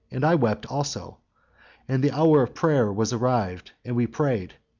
and i wept also and the hour of prayer was arrived, and we prayed.